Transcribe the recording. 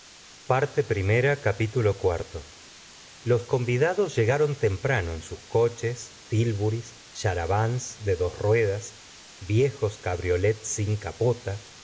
otros varios t iv los convidados llegaron temprano en sus coches tilburis charabancs de dos ruedas viejos cabriolets sin capota